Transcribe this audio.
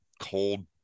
cold